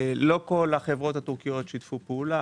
לא כל החברות הטורקיות שיתפו פעולה.